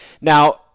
Now